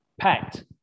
packed